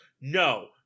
no